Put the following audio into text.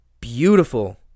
beautiful